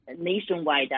nationwide